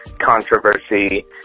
controversy